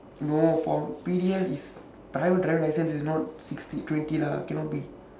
no for P_D_L is private driver license is not sixty twenty lah cannot be